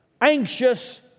anxious